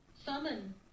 Summon